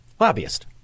Lobbyist